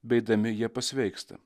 bei eidami jie pasveiksta